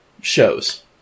shows